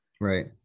Right